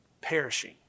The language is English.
perishing